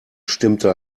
stimmte